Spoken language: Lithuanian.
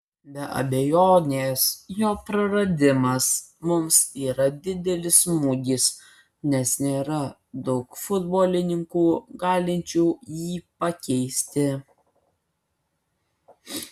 be abejonės jo praradimas mums yra didelis smūgis nes nėra daug futbolininkų galinčių jį pakeisti